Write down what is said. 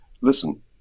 listen